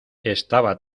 estaba